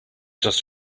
just